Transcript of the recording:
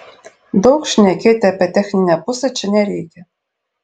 daug šnekėti apie techninę pusę čia nereikia